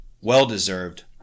Well-deserved